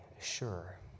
sure